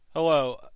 Hello